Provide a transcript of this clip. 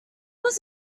was